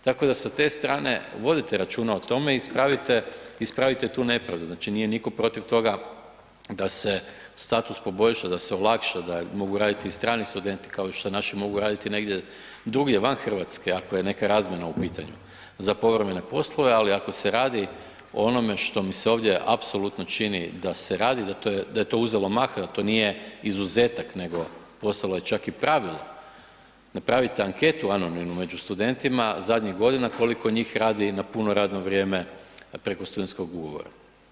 Tako da sa te strane, vodite računa o tome, ispravite tu nepravdu, znači nije nitko protiv toga da se status poboljša, da se olakša, da mogu raditi i strani studenti, kao što naši mogu raditi negdje drugdje van Hrvatske, ako je neka razmjena u pitanju za povremene poslove, ali ako se radi o onome što mi se ovdje apsolutno čini da se radi, da je to uzelo maha, da to nije izuzetak nego postalo je čak i pravilo, napravite anketu anonimnu među studentima zadnjih godina, koliko njih radi na puno radno vrijeme preko studentskog ugovora.